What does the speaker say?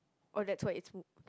oh that tour is full